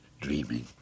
Dreaming